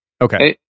Okay